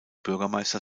bürgermeister